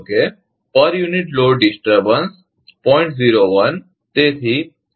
01 દીઠ એકમ load disturbance તેથી સ્થિર સ્થિતિમાં